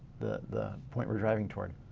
the the point we're driving toward.